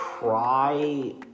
Cry